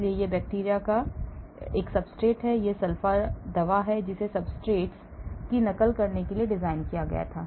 इसलिए यह बैक्टीरिया का एक सब्सट्रेट है यह सल्फा दवा है जिसे सब्सट्रेट की नकल करने के लिए डिज़ाइन किया गया था